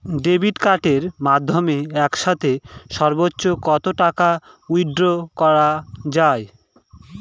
Debit কার্ডের মাধ্যমে একসাথে সর্ব্বোচ্চ কত টাকা উইথড্র করা য়ায়?